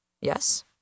Yes